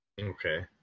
Okay